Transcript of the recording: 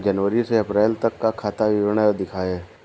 जनवरी से अप्रैल तक का खाता विवरण दिखाए?